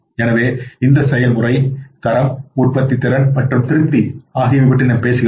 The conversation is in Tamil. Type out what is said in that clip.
எனவே இந்த செயல்முறை தரம் உற்பத்தித்திறன் மற்றும் திருப்தி பற்றி நாம் பேசுகிறோம்